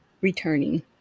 returning